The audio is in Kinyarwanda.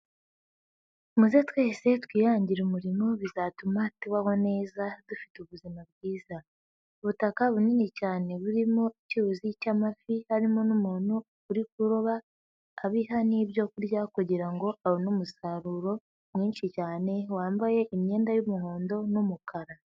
Muze twese twihangire umurimo bizatuma tubaho neza dufite ubuzima bwiza. Ubutaka bunini cyane burimo icyuzi cy'amafi, harimo n'umuntu uri kuroba abiha n'ibyokurya kugirango abone umusaruro mwinshi cyane, wambaye imyenda y'umuhondo n'umukara.